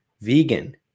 vegan